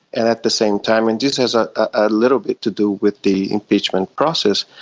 and at the same time, and this has a ah little bit to do with the impeachment process,